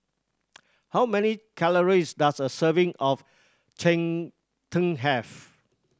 how many calories does a serving of cheng tng have